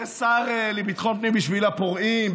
שר לביטחון פנים בשביל הפורעים,